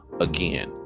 again